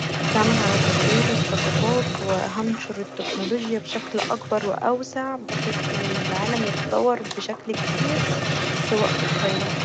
تعمل علي تطوير الثقافات و هنشر التكنولوجيا بشكل اكبر و أوسع ،بحيث ان العالم يتطور بشكل كبير في وقت قصير.